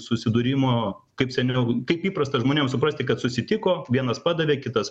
susidūrimo kaip seniau kaip įprasta žmonėm suprasti kad susitiko vienas padavė kitas